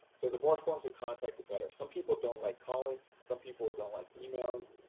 so the more forms of contact the better. some people don't like calling, some people don't like emailing,